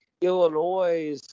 Illinois